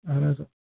اَہَن حظ